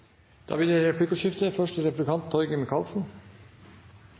Da blir det replikkordskifte.